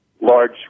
large